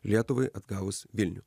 lietuvai atgavus vilnių